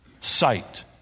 sight